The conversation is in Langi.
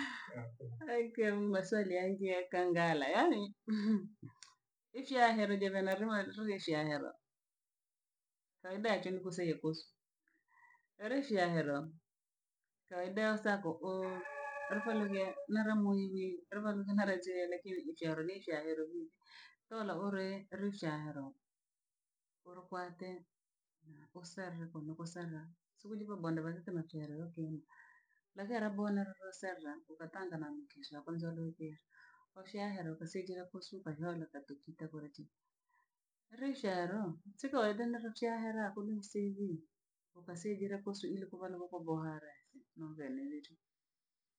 Aki ya mungu maswali yengi yakangara yaani ifyahero gevenarwani ruishahero faida yachwenkuse ekoswi erishyahero kawaida sakokooro nara muhibhi labhanuguna chehenikiri nchahara ni shaherorudi, ola ole richahero korokwante na koserereko no kosara suguriko bonde bhakika na torere kimba. Lekerabone le kosera kukatanga na mugishi wa kwanza rokiri oshiahera okasejea okosuka. Rishero chikowedo nalo chahera ko mu okasevile kosu ili kubhanobhoko bhohara se novenereju.